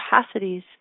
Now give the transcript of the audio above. capacities